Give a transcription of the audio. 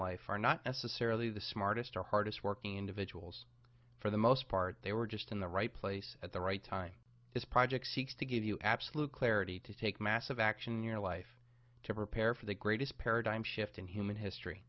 life are not necessarily the smartest or hardest working individuals for the most part they were just in the right place at the right time this project seeks to give you absolute clarity to take massive action in your life to prepare for the greatest paradigm shift in human history